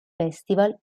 festival